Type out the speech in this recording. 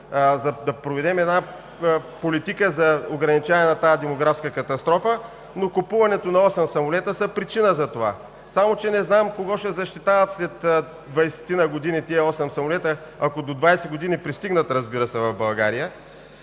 да проведем една политика за ограничаване на тази демографска катастрофа, но купуването на осем самолета са причина затова. Само че не знам кого ще защитават след двадесетина години тези осем самолета, ако до 20 години пристигнат, разбира се, в България.